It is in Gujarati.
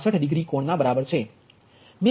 62 ડિગ્રી કોણ ના બરાબર છે